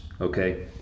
Okay